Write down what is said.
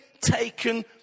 taken